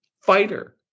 fighter